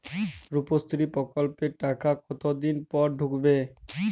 রুপশ্রী প্রকল্পের টাকা কতদিন পর ঢুকবে?